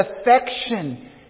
affection